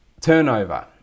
turnover